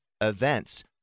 events